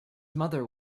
mother